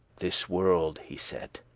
this world, he said,